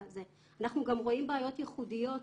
אנחנו גם רואים בעיות ייחודיות,